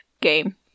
game